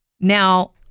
Now